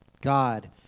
God